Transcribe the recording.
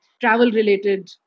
travel-related